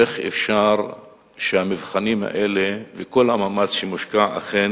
איך אפשר שהמבחנים האלה וכל המאמץ שמושקע אכן